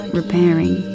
repairing